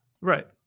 Right